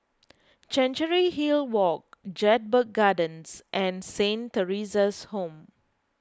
Chancery Hill Walk Jedburgh Gardens and Saint theresa's Home